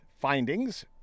findings